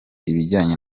ibijyanye